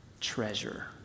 treasure